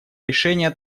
решения